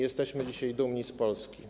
Jesteśmy dzisiaj dumni z Polski.